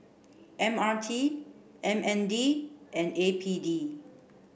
M R T M N D and A P D